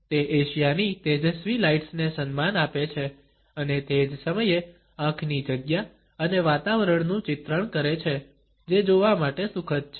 તે એશિયાની તેજસ્વી લાઇટ્સ ને સન્માન આપે છે અને તે જ સમયે આંખની જગ્યા અને વાતાવરણનું ચિત્રણ કરે છે જે જોવા માટે સુખદ છે